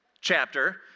chapter